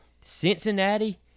Cincinnati